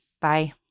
Bye